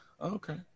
okay